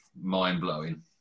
mind-blowing